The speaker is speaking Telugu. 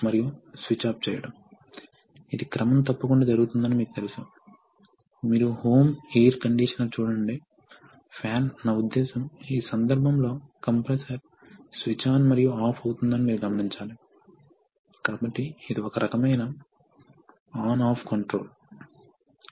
మరియు మీరు లోడ్ లేకుండా తిరిగి వస్తున్నప్పుడు మీకు సమయం ఆదా చేయడానికి వేగంగా కదలిక ఉంటుంది కాబట్టి అలాంటి సందర్భంలో ఫ్లో కంట్రోల్ వాల్వ్స్ చాలా వరకు ఉపయోగించబడతాయి అదేవిధంగా మీరు హైడ్రాలిక్స్లో ఉపయోగించే వాటికి సమానంగా ఉంటాయి